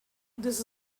this